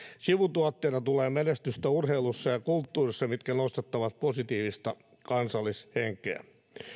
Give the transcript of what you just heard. sivutuotteena tulee menestystä urheilussa ja kulttuurissa mikä nostattaa positiivista kansallishenkeä